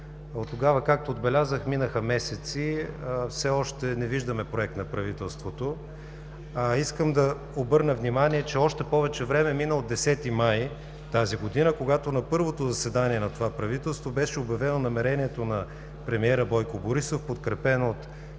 Оттогава, както отбелязах, минаха месеци и все още не виждаме Проект на правителството, а искам да обърна внимание, че още повече време мина от 10 май тази година, когато на първото заседание на това правителство беше обявено намерението на премиера Бойко Борисов, подкрепено от